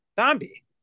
Zombie